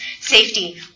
Safety